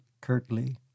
curtly